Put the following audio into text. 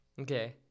Okay